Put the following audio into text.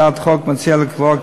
הצעת החוק מציעה לקבוע,